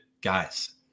guys